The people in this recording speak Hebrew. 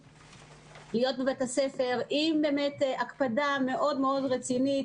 להיות בבתי הספר עם הקפדה מאוד מאוד רצינית